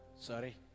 Sorry